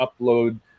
upload